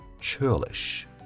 churlish